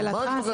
לשאלתך,